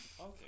okay